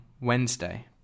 Wednesday